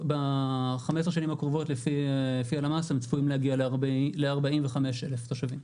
ב-15 השנים הקרובות לפי הלמ"ס הם צפויים להגיע ל-45 אלף תושבים.